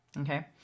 Okay